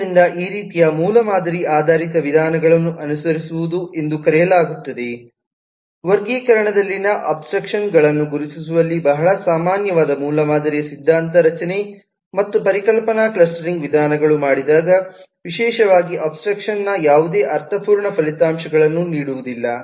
ಆದ್ದರಿಂದ ಈ ರೀತಿಯ ಮೂಲಮಾದರಿ ಆಧಾರಿತ ವಿಧಾನವನ್ನು ಅನುಸರಿಸುವುದು ಎಂದು ಕರೆಯಲಾಗುತ್ತದೆ ವರ್ಗೀಕರಣದಲ್ಲಿನ ಅಬ್ಸ್ಟ್ರಾಕ್ಷನ್ಗಳನ್ನು ಗುರುತಿಸುವಲ್ಲಿ ಬಹಳ ಸಾಮಾನ್ಯವಾದ ಮೂಲಮಾದರಿಯ ಸಿದ್ಧಾಂತ ರಚನೆ ಮತ್ತು ಪರಿಕಲ್ಪನಾ ಕ್ಲಸ್ಟರಿಂಗ್ ವಿಧಾನಗಳು ಮಾಡಿದಾಗ ವಿಶೇಷವಾಗಿ ಅಬ್ಸ್ಟ್ರಾಕ್ಷನ್ನ ಯಾವುದೇ ಅರ್ಥಪೂರ್ಣ ಫಲಿತಾಂಶಗಳನ್ನು ನೀಡುವುದಿಲ್ಲ